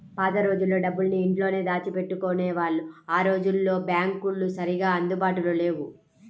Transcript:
పాత రోజుల్లో డబ్బులన్నీ ఇంట్లోనే దాచిపెట్టుకునేవాళ్ళు ఆ రోజుల్లో బ్యాంకులు సరిగ్గా అందుబాటులో లేవు